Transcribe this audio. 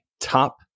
top